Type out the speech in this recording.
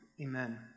Amen